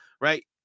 right